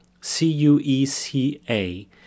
C-U-E-C-A